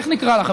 איך נקרא לה,